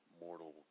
mortal